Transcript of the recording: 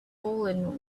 fallen